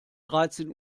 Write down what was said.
dreizehn